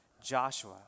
Joshua